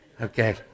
Okay